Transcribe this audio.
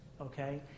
okay